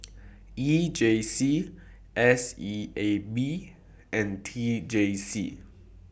E J C S E A B and T J C